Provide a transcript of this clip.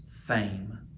fame